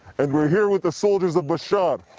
and we're here with the soldiers of bashar,